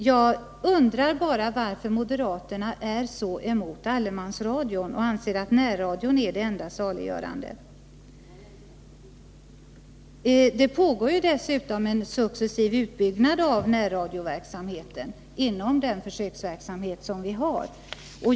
Jag undrar varför moderaterna är emot allemansradion och anser att närradion är det enda saliggörande. Det pågår en successiv utbyggnad av närradioverksamheten inom ramen för den nuvarande försöksverksamheten.